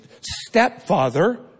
stepfather